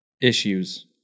issues